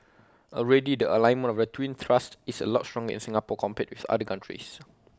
already the alignment of the twin thrusts is A lot stronger in Singapore compared with other countries